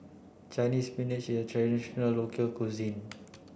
Chinese spinach is a traditional local cuisine